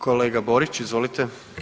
Kolega Borić, izvolite.